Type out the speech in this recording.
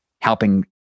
helping